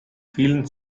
vielen